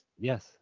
Yes